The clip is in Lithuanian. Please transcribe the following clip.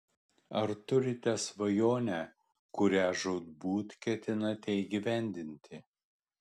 ar turite svajonę kurią žūtbūt ketinate įgyvendinti